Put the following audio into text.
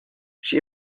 she